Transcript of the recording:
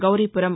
Gauripuram